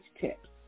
tips